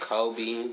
Kobe